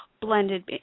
blended